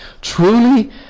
truly